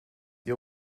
ihr